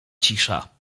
cisza